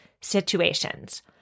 situations